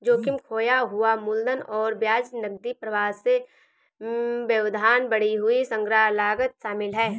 जोखिम, खोया हुआ मूलधन और ब्याज, नकदी प्रवाह में व्यवधान, बढ़ी हुई संग्रह लागत शामिल है